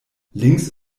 links